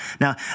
Now